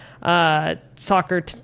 Soccer